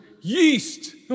Yeast